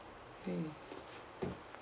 mm